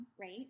right